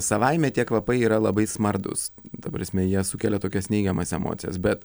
savaime tie kvapai yra labai smardūs ta prasme jie sukelia tokias neigiamas emocijas bet